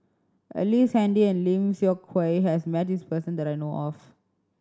Ellice Handy and Lim Seok Hui has met this person that I know of